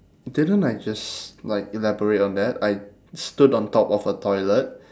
didn't I just like elaborate on that I stood on top of a toilet